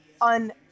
on